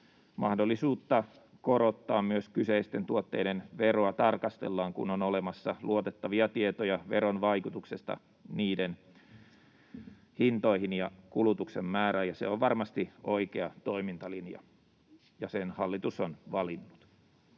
mahdollisuutta korottaa myös kyseisten tuotteiden veroa tarkastellaan, kun on olemassa luotettavia tietoja veron vaikutuksesta hintoihin ja kulutuksen määrään. Se on varmasti oikea toimintalinja, ja sen hallitus on valinnut.